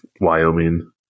Wyoming